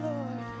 Lord